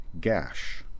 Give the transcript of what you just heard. Gash